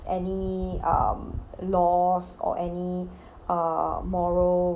any um laws or any uh moral